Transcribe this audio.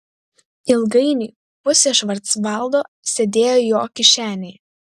ilgainiui pusė švarcvaldo sėdėjo jo kišenėje